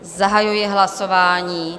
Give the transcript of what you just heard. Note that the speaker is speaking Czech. Zahajuji hlasování.